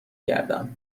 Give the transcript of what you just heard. گردم